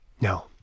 no